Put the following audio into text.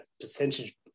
percentage